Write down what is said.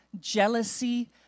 jealousy